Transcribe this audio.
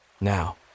Now